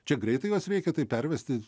čia greitai juos reikia taip pervesti